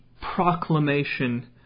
proclamation